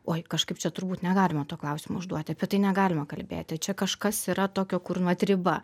oi kažkaip čia turbūt negalima to klausimo užduoti apie tai negalima kalbėti čia kažkas yra tokio kur nu vat riba